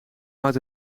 houdt